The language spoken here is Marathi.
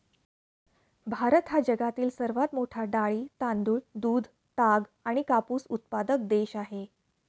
भारत हा जगातील सर्वात मोठा डाळी, तांदूळ, दूध, ताग आणि कापूस उत्पादक देश आहे